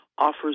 offers